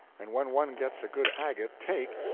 and when one gets a good agate take,